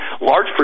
large